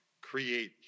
create